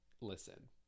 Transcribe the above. Listen